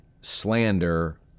slander